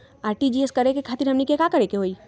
RTGS करे खातीर हमनी के का करे के हो ई?